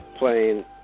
Playing